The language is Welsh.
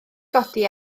godi